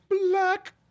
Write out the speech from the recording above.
Black